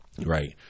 Right